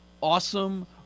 Awesome